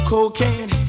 Cocaine